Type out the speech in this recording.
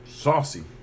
saucy